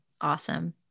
awesome